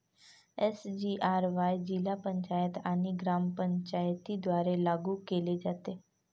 SGRY जिल्हा पंचायत आणि ग्रामपंचायतींद्वारे लागू केले जाते